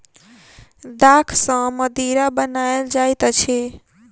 दाख सॅ मदिरा बनायल जाइत अछि